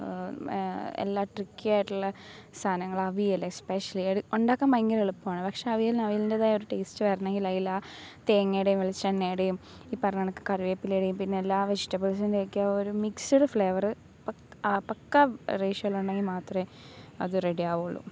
എല്ലാ ട്രിക്കിയായിട്ടുള്ള സാധനങ്ങളാണ് അവിയൽ എസ്പെഷലി ഉണ്ടാക്കാൻ ഭയങ്കര എളുപ്പമാണ് പക്ഷേ അവിയൽന് അവിയൽൻ്റെതായ ഒരു ടെയ്സ്റ്റ് വരണമെങ്കിൽ അതിലാണ് തേങ്ങേടേം വെളിച്ചെണ്ണെടേം ഇപ്പറയണ കണക്ക് കറിവേപ്പിലേടേം പിന്നെ എല്ലാ വെജ്റ്റബ്ൾസിൻ്റെയൊക്കെ ഒരു മിക്സ്ഡ് ഫ്ളേവറ് പക്ക പക്കാ റേഷിയോലുണ്ടെങ്കിൽ മാത്രമേ അത് റെഡിയാവുള്ളു